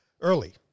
early